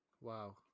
Wow